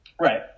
Right